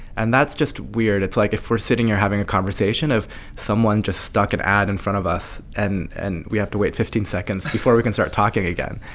and that's just weird. it's like if we're sitting here having a conversation if someone just stuck an ad in front of us and and we have to wait fifteen seconds before we can start talking again